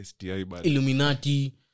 Illuminati